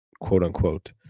quote-unquote